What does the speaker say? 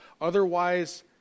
otherwise